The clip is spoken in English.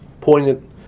poignant